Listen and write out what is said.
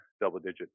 double-digit